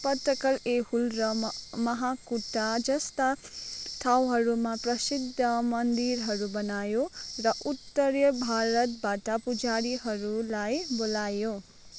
पट्टकल एहुल र महाकुट्टा जस्ता ठाउँहरूमा प्रसिद्ध मन्दिरहरू बनायो र उत्तरीय भारतबाट पुजारीहरूलाई बोलाय